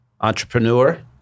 Entrepreneur